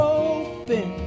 open